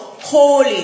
Holy